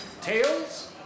Tails